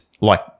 like-